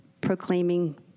proclaiming